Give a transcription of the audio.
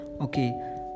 okay